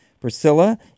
Priscilla